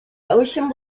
ocean